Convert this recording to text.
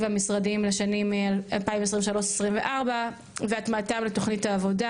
המשרדים לשנים 2023 2024 והטמעתם לתוכנית העבודה.